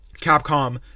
Capcom